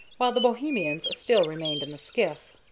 while the bohemians still remained in the skiff.